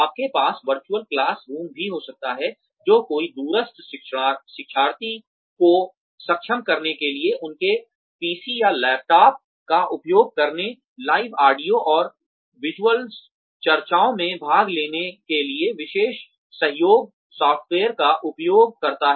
आपके पास virtual classroom भी हो सकता है जो कई दूरस्थ शिक्षार्थियों को सक्षम करने के लिए उनके पीसी या लैपटॉप का उपयोग करने लाइव ऑडियो और विज़ुअल चर्चाओं में भाग लेने के लिए विशेष सहयोग सॉफ़्टवेयर का उपयोग करता है